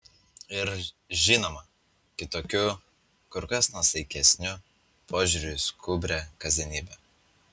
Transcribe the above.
ir žinoma kitokiu kur kas nuosaikesniu požiūriu į skubrią kasdienybę